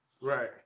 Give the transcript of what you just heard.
Right